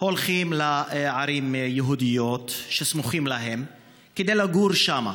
הולכים לערים יהודיות שסמוכות להם כדי לגור שם.